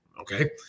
Okay